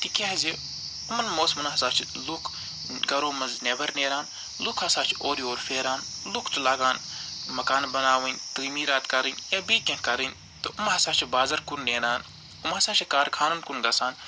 تِکیٛازِ یِمن موسمن ہَسا چھِ لُکھ گرو منٛز نٮ۪بر نیران لُکھ ہَسا چھِ اورِ یور پھیران لُکھ تہٕ لاگان مکان بناوٕنۍ تٲمیٖرات کَرٕنۍ یا بیٚیہِ کیٚنٛہہ کَرٕنۍ تہٕ یِم ہَسا چھِ بازر کُن نیران یِم ہَسا چھِ کارٕ خانن کُن گَژھان